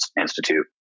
Institute